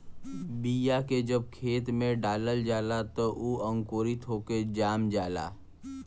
बीया के जब खेत में डालल जाला त उ अंकुरित होके जाम जाला